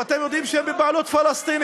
ואתם יודעים שזה בבעלות פלסטינית.